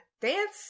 Dance